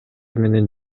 менен